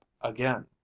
again